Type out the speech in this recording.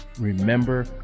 remember